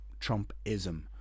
Trumpism